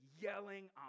yelling